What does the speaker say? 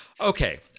Okay